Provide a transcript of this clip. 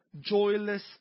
joyless